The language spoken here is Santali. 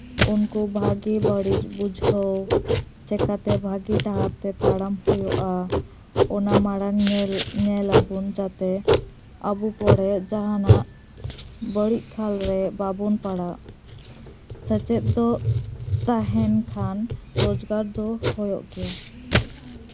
ᱩᱱᱠᱩ ᱵᱷᱟᱹᱜᱤ ᱵᱟᱹᱲᱤᱡᱽ ᱵᱩᱡᱷᱟᱹᱣ ᱪᱤᱠᱟᱹᱛᱮ ᱵᱷᱟᱹᱜᱤ ᱰᱟᱦᱟᱨ ᱛᱟᱲᱟᱢ ᱦᱩᱭᱩᱜᱼᱟ ᱚᱱᱟ ᱢᱟᱬᱟᱝ ᱧᱮᱞ ᱧᱮᱞ ᱟᱵᱚᱱ ᱡᱟᱛᱮ ᱟᱵᱚ ᱯᱚᱨᱮ ᱡᱟᱦᱟᱸᱱᱟᱜ ᱵᱟᱹᱲᱤᱡᱽ ᱠᱷᱟᱞᱨᱮ ᱵᱟᱵᱚᱱ ᱯᱟᱲᱟᱜ ᱥᱮᱪᱮᱫ ᱫᱚ ᱛᱟᱦᱮᱱ ᱠᱷᱟᱱ ᱨᱳᱡᱽᱜᱟᱨ ᱫᱚ ᱦᱩᱭᱩᱜ ᱜᱮᱭᱟ